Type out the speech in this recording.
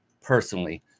personally